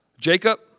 Jacob